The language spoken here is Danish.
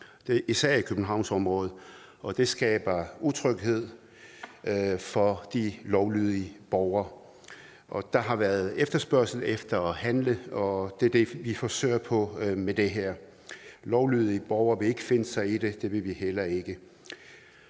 især i Københavnsområdet, og det skaber utryghed for de lovlydige borgere. Der har været efterspørgsel efter handling, og det er det, vi forsøger med det her. Lovlydige borgere vil ikke finde sig i det. Det vil vi heller ikke.